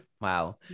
wow